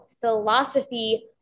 philosophy